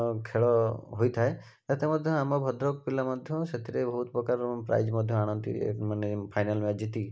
ଅ ଖେଳ ହୋଇଥାଏ ଏତେ ମଧ୍ୟ ଆମ ଭଦ୍ରକ ପିଲା ମଧ୍ୟ ସେଥିରେ ବହୁତ ପ୍ରକାରର ପ୍ରାଇଜ୍ ମଧ୍ୟ ଆଣନ୍ତି ଏ ମାନେ ଫାଇନାଲ ମ୍ୟାଚ୍ ଜିତିକି